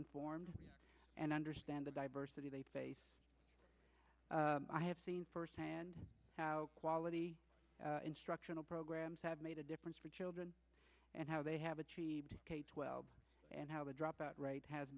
informed and understand the diversity they face i have seen first hand how quality instructional programs have made a difference for children and how they have achieved twelve and how the dropout rate has